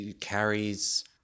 carries